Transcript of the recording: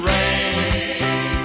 Rain